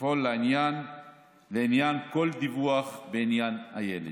לפעול לעניין כל דיווח בעניין הילד.